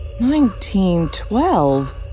1912